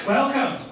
Welcome